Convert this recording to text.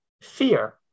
fear